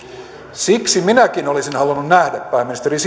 siksi minäkin olisin halunnut nähdä pääministeri